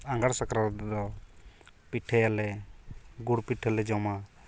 ᱟᱸᱜᱷᱟᱬ ᱥᱟᱠᱨᱟᱛ ᱨᱮᱫᱚ ᱯᱤᱴᱷᱟᱹᱭᱟᱞᱮ ᱜᱩᱲ ᱯᱤᱴᱷᱟᱞᱮ ᱡᱚᱢᱟ